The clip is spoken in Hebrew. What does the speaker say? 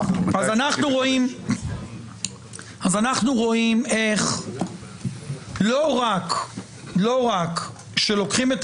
09:30) אז אנחנו רואים איך לא רק שלוקחים את